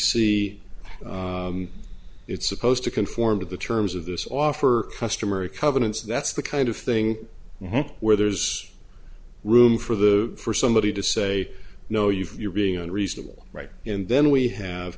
see it's supposed to conform to the terms of this offer customer covenants that's the kind of thing where there's room for the for somebody to say no you're being unreasonable right and then we have